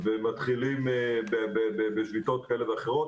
ומתחילים בשיטות כאלה ואחריות.